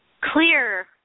clear